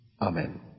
Amen